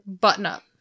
button-up